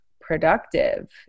productive